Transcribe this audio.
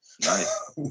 Nice